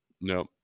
No